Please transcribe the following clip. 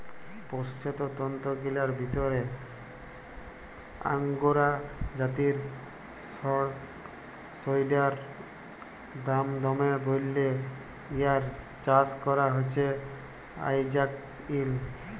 পসুজাত তন্তুগিলার ভিতরে আঙগোরা জাতিয় সড়সইড়ার দাম দমে বল্যে ইয়ার চাস করা হছে আইজকাইল